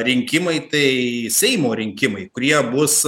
rinkimai tai seimo rinkimai kurie bus